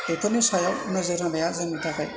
बेफोरनि सायाव नोजोर होनाया जोंनि थाखाय